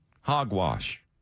Hogwash